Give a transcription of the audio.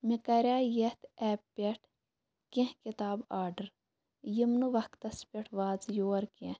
مےٚ کَرے یَتھ ایپہِ پٮ۪ٹھ کینٛہہ کِتاب آرڈر یِم نہٕ وَقتَس پٮ۪ٹھ واژٕ یور کینٛہہ